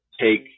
take